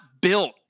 built